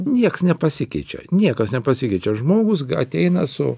nieks nepasikeičia niekas nepasikeičia žmogus ateina su